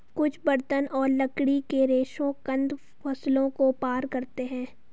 कुछ बर्तन और लकड़ी के रेशे कंद फसलों को पार करते है